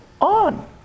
on